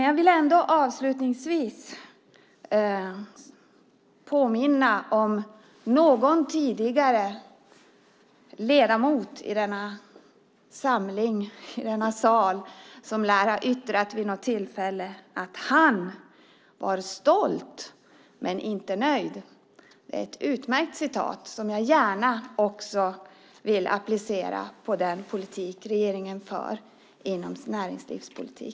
Jag vill avslutningsvis påminna om någon tidigare ledamot i denna kammare som vid något tillfälle lär ha yttrat att han var stolt men inte nöjd. Det är ett utmärkt yttrande som jag gärna vill applicera på den politik regeringen för inom näringslivsområdet.